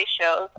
shows